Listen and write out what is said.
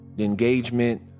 engagement